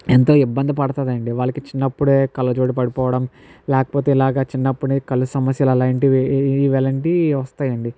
ఎంత ఇబ్బంది పడుతుంది అండి వాళ్ళకి చిన్నప్పుడే కళ్ళజోడు పడిపోవడం లేకపోతే ఇలాగా చిన్నప్పుడే కళ్ళు సమస్యలు అలాంటివి ఇలాంటివి వస్తాయి అండి